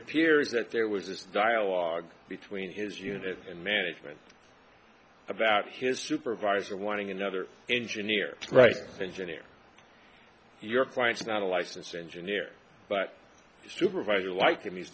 appears that there was this dialogue between his unit and management about his supervisor wanting another engineer right engineer your client's not a licensed engineer but the supervisor like and he's